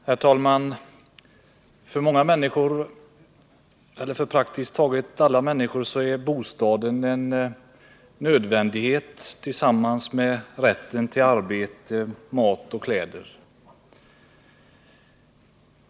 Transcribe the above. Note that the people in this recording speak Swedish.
Herr talman! För praktiskt taget alla människor är bostaden en nödvändighet, liksom rätten till arbete, mat och kläder.